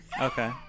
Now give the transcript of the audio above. Okay